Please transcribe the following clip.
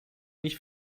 nicht